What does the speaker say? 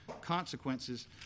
consequences